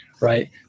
right